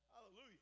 Hallelujah